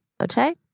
Okay